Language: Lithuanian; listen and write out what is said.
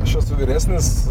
aš esu vyresnis